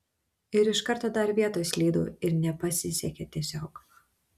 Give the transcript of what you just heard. ir iš karto dar vietoj slydau ir nepasisekė tiesiog